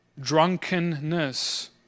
drunkenness